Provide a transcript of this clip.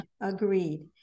agreed